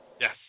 Yes